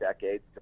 decades